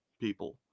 people